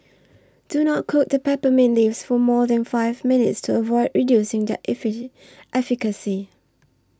do not cook the peppermint leaves for more than five minutes to avoid reducing their efficient efficacy